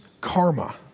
karma